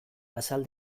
azal